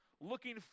looking